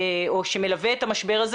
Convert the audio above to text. שמלווה את המשבר הזה.